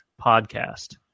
podcast